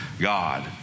God